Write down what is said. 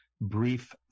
brief